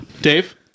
Dave